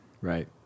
right